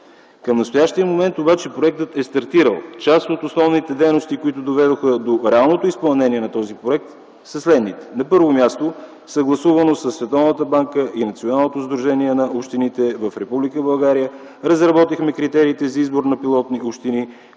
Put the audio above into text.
Към настоящия момент обаче проектът е стартирал. Част от основните дейности, които доведоха до реалното изпълнение на този проект, са следните. На първо място, съгласувано със Световната банка и Националното сдружение на общините в Република България, разработихме критериите за избор на пилотни общини,